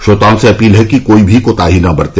श्रोताओं से अपील है कि कोई भी कोताही न बरते